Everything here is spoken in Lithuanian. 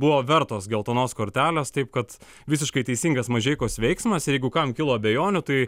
buvo vertos geltonos kortelės taip kad visiškai teisingas mažeikos veiksmas ir jeigu kam kilo abejonių tai